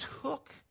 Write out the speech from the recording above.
took